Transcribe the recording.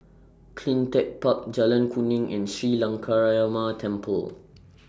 CleanTech Park Jalan Kuning and Sri Temple